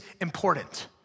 important